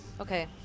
Okay